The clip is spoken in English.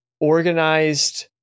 organized